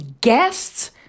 guests